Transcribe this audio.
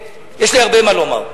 יש לי הרבה מה לומר,